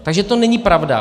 Takže to není pravda.